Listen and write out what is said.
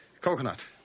coconut